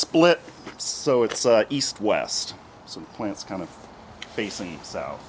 split so it's east west some plants kind of facing south